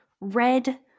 red